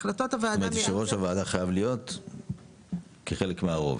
זאת אומרת שראש הוועדה חייב להיות כחלק מהרוב,